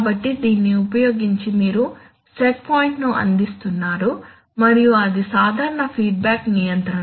కాబట్టి దీన్ని ఉపయోగించి మీరు సెట్ పాయింట్ను అందిస్తున్నారు మరియు అది సాధారణ ఫీడ్బ్యాక్ నియంత్రణ